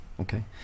Okay